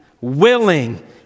willing